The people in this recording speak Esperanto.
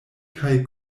kaj